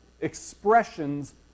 expressions